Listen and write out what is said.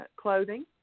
clothing